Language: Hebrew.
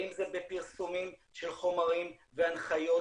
ואם זה בפרסומים של חומרים והנחיות